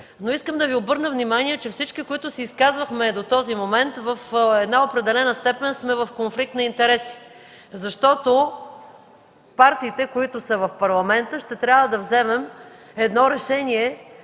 Искам да Ви обърна внимание, че всички, които се изказахме до този момент, в определена степен сме в конфликт на интереси, защото партиите, които сме в Парламента, ще трябва да вземем едно решение,